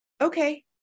Okay